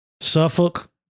Suffolk